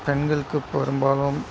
பெண்களுக்கு பெரும்பாலும்